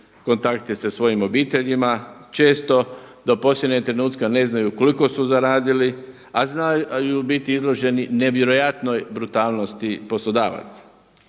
kontakte sa svojim obiteljima, često do posljednjeg trenutka ne znaju koliko su zaradili a znaju biti izloženi nevjerojatnoj brutalnosti poslodavaca.